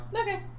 Okay